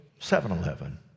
7-Eleven